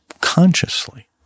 consciously